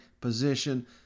position